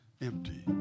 empty